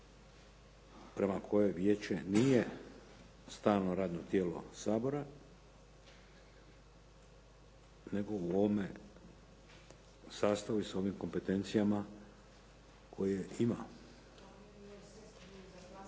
prema kojoj vijeće nije stalno radno tijelo Sabora, nego u ovome sastavu i s ovim kompetencijama koje ima.